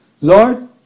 Lord